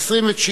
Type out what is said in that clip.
29